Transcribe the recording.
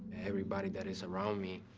everybody that is around me.